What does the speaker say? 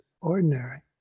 ordinary